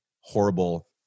horrible